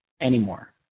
anymore